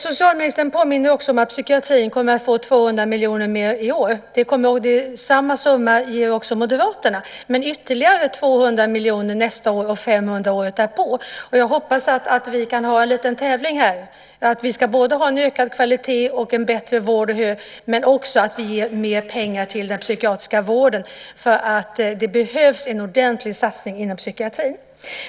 Socialministern påminner om att psykiatrin kommer att få 200 miljoner mer i år. Samma summa ger också Moderaterna, men vi ger ytterligare 200 miljoner nästa år och 500 miljoner året därpå. Jag hoppas att vi kan ha en liten tävling här i både ökad kvalitet och bättre vård men också mer pengar till den psykiatriska vården, för det behövs en ordentlig satsning inom psykiatrin.